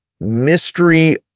mystery